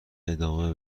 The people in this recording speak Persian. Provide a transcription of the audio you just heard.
ادامه